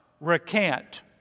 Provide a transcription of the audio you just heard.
recant